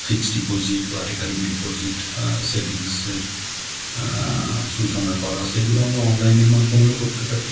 fixed deposit বা recurring deposit সেভিংসের সূচনা করা সেগুলো আমরা অনলাইনের মাধ্যমেও করতে পারি